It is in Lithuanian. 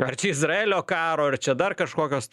ar čia izraelio karo ar čia dar kažkokios tai